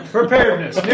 Preparedness